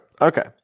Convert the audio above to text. Okay